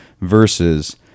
versus